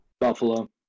Buffalo